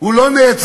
הוא לא נעצר.